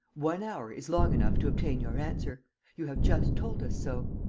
one hour is long enough to obtain your answer you have just told us so.